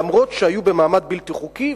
למרות שהיו במעמד בלתי חוקי,